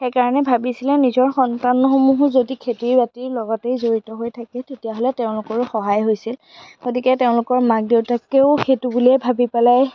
সেইকাৰণে ভাবিছিলে নিজৰ সন্তানসমূহো যদি খেতি বাতিৰ লগতেই যদি জড়িত হৈ থাকে তেতিয়াহ'লে তেওঁলোকৰো সহায় হৈছিল গতিকে তেওঁলোকৰ মাক দেউতাকেও সেইটো বুলিয়েই ভাবি পেলাই